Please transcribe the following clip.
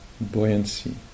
buoyancy